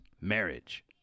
Marriage